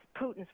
Putin's